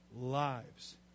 lives